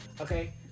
Okay